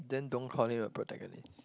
then don't call him a protagonist